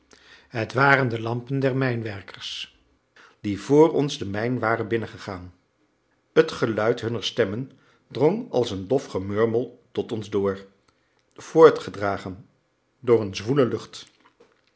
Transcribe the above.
het waren de lampen der mijnwerkers die vr ons de mijn waren binnengegaan het geluid hunner stemmen drong als een dof gemurmel tot ons door voortgedragen door een zwoele lucht